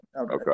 okay